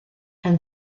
and